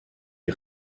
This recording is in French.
les